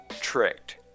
tricked